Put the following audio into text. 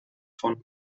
von